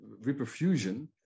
reperfusion